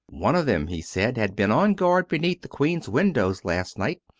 one of them, he said, had been on guard beneath the queen's windows last night,